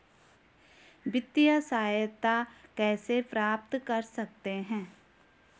वित्तिय सहायता कैसे प्राप्त कर सकते हैं?